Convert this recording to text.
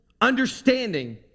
understanding